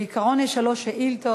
בעיקרון יש שלוש שאילתות.